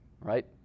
right